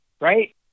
right